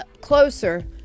closer